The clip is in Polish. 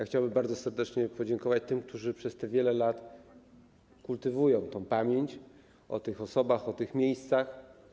Chciałbym bardzo serdecznie podziękować tym, którzy od wielu lat kultywują pamięć o tych osobach, o tych miejscach.